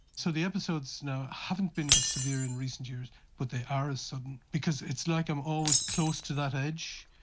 so the episodes now haven't been as severe in recent years but they are as sudden, because it's like i am always close to that edge,